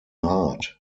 heart